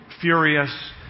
furious